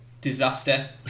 disaster